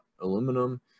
aluminum